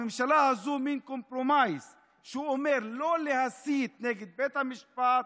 הממשלה הזו היא מין compromise שאומר לא להסית נגד בית המשפט,